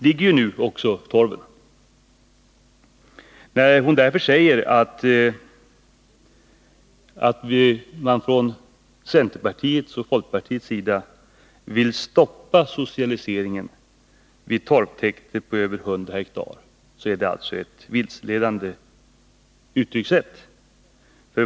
När Margaretha af Ugglas säger att centerpartiet och folkpartiet vill stoppa socialiseringen vid torvtäkt på över 100 ha är det vilseledande.